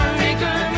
maker